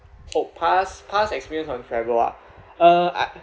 oh past past experience on travel ah uh I